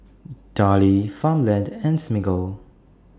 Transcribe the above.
Darlie Farmland and Smiggle